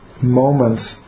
moments